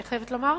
אני חייבת לומר,